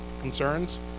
concerns